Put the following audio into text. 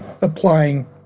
applying